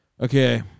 Okay